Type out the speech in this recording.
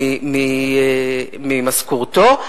ממשכורתו,